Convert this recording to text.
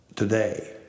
Today